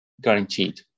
guaranteed